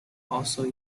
also